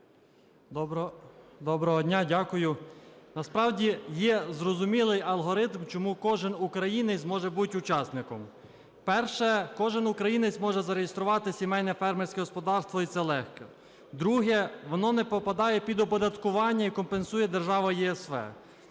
Доброго дня. Дякую. Насправді є зрозумілий алгоритм, чому кожен українець може бути учасником. Перше. Кожен українець може зареєструвати сімейне фермерське господарство і це легко. Друге. Воно не попадає під оподаткування і компенсує держава ЄСВ.